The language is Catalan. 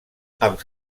als